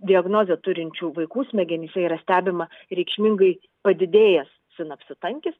diagnozę turinčių vaikų smegenyse yra stebima reikšmingai padidėjęs sinapsių tankis